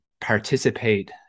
participate